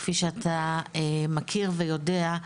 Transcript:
כפי שאתה מכיר ויודע,